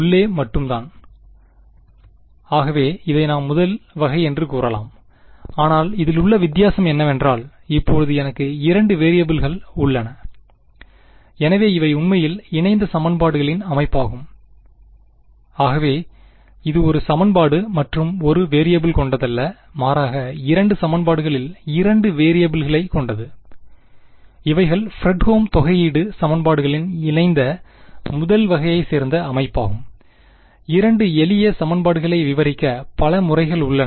உள்ளே மட்டும்தான் ஆகவே இதை நாம் முதல் வகை என்று கூறலாம் ஆனால் இதில் உள்ள வித்தியாசம் என்னவென்றால் இப்பொழுது எனக்கு இரண்டு வேறியபிள் கள் உள்ளன எனவே இவை உண்மையில் இணைந்த சமன்பாடுகளின் அமைப்பாகும் ஆகவே இது ஒரு சமன்பாடு மற்றும் ஒரு வேறியபிள் கொண்டதல்ல மாறாக இரண்டு சமன்பாடுகளில் இரண்டு வேறியபிள்களை கொண்டது இவைகள் ஃப்ரெட்ஹோம் தொகையீடு சமன்பாடுகளின் இணைந்த முதல் வகையை சேர்ந்த அமைப்பாகும் இரண்டு எளிய சமன்பாடுகளை விவரிக்க பல முறைகள் உள்ளன